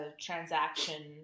transaction